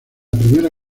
primera